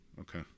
Okay